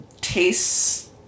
tastes